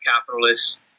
capitalists